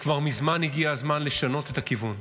כבר מזמן הגיע הזמן לשנות את הכיוון,